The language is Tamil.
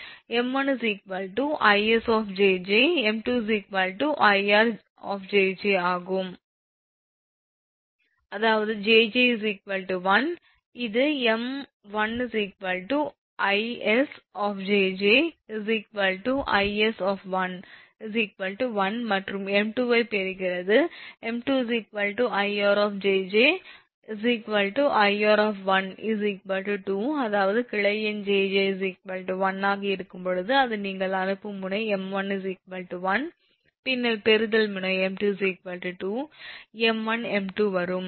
Branch Number Sending end Node 𝑚1𝐼𝑆𝑗𝑗 Recieving end Node 𝑚2𝐼𝑅𝑗𝑗 Nodes beyond Branch jj Total Number of nodes 𝑁𝑗𝑗 beyond Branch jj 1 1 2 2345678 7 2 2 3 345678 6 3 3 4 45678 5 4 4 5 5678 4 5 5 6 678 3 6 6 7 78 2 7 7 8 8 1 அதாவது 𝑗𝑗 1 இது 𝑚1 𝐼𝑆 𝑗𝑗 𝐼𝑆 1 மற்றும் 𝑚2 முடிவைப் பெறுகிறது 𝑚2 𝐼𝑅 𝑗𝑗 𝐼𝑅 2 அதாவது கிளை எண் 𝑗𝑗 1 ஆக இருக்கும்போது அது நீங்கள் அனுப்பும் முனை 𝑚1 1 பின்னர் பெறுதல் முனை 𝑚2 2 𝑚1 𝑚2 வரும்